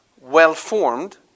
well-formed